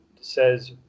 says